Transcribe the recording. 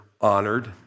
honored